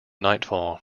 nightfall